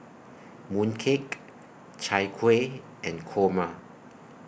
Mooncake Chai Kueh and Kurma